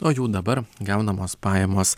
o jų dabar gaunamos pajamos